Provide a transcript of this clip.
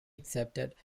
accepted